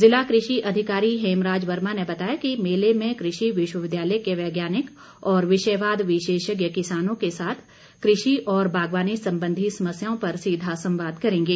जिला कृषि अधिकारी हेमराज वर्मा ने बताया कि मेले में कृषि विश्वविद्यालय के वैज्ञानिक और विषयवाद विशेषज्ञ किसानों के साथ कृषि और बागवानी संबंधी समस्याओं पर सीधा संवाद करेंगे